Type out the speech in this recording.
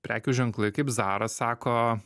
prekių ženklai kaip zara sako